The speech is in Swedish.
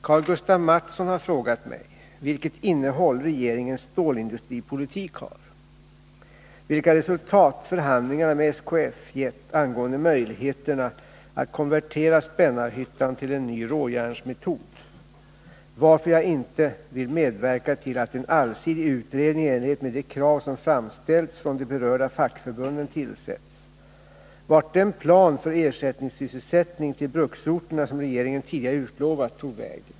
Karl-Gustaf Mathsson har frågat mig — vilket innehåll regeringens stålindustripolitik har, — vilka resultat förhandlingarna med SKF gett angående möjligheterna att konvertera Spännarhyttan till en ny råjärnsmetod, — varför jag inte vill medverka till att en allsidig utredning i enlighet med de krav som framställts från de berörda fackförbunden tillsätts och — vart den plan för ersättningssysselsättning till bruksorterna som regeringen tidigare utlovat tog vägen.